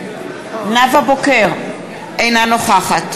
אינה נוכחת